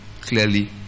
clearly